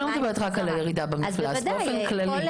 מדברת רק על הירידה במפלס ים המלח אלא באופן כללי.